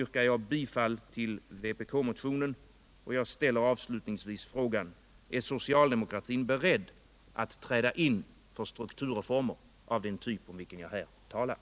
yrkar jag bifall till vpk-motionen, och jag ställer avslutningsvis frågan: Är socialdemokratin beredd att träda in för strukturreformer av den typ om vilken jag här talat?